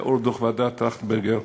לאור דוח ועדת טרכטנברגר,